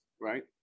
right